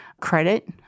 credit